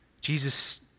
Jesus